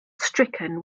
stricken